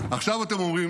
עכשיו אתם אומרים,